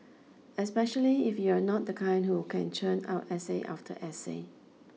especially if you're not the kind who can churn out essay after essay